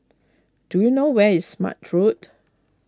do you know where is Smart Road